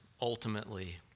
ultimately